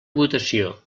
votació